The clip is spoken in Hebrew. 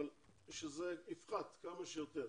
שזה יפחת כמה שיותר.